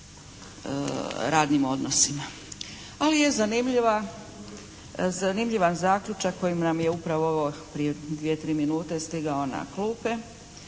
radnim odnosima. Ali je zanimljiv zaključak koji nam je evo upravo prije dvije-tri minute stigao na klupe,